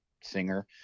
singer